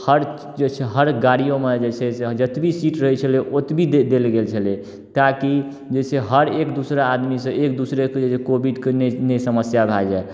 हर हर गाड़िओमे जे छै से जतबे सीट रहै छलै ओतबी देल गेल छलै ताकि जे से हर एक दोसरा आदमीसँ एक दोसराके जे कोविडके नहि समस्या भऽ जाए